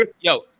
Yo